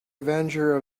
avenger